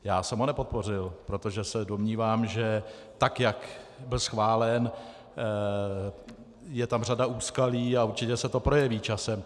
Já jsem ho nepodpořil, protože se domnívám, že tak jak byl schválen, je tam řada úskalí a určitě se to projeví časem.